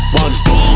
one